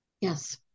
Yes